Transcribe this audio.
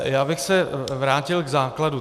Já bych se vrátil k základu.